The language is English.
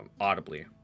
audibly